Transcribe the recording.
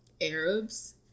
Arabs